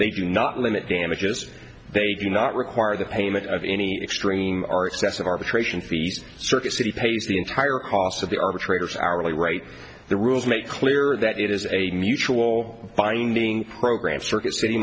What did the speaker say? they do not limit damages they do not require the payment of any extreme are excessive arbitration fees circuit city pays the entire cost of the arbitrators hourly rate the rules make clear that it is a mutual binding program circuit city